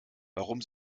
warum